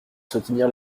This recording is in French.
soutenir